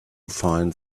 find